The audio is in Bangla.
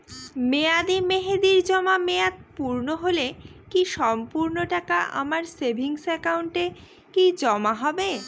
মেয়াদী মেহেদির জমা মেয়াদ পূর্ণ হলে কি সম্পূর্ণ টাকা আমার সেভিংস একাউন্টে কি জমা হবে?